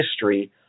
history